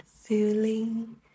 feeling